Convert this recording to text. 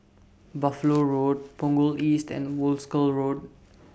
Buffalo Road Punggol East and Wolskel Road